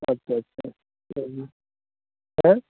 আচ্ছা আচ্ছা তা হ্যাঁ